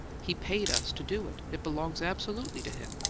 he paid us to do it. it belongs absolutely to him.